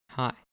Hi